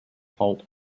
halt